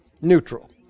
neutral